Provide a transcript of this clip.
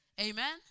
Amen